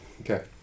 Okay